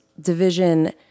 division